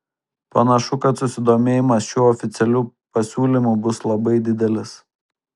panašu kad susidomėjimas šiuo oficialiu pasiūlymu bus labai didelis